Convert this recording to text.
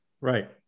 Right